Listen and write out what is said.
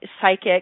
psychic